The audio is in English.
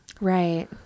Right